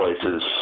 places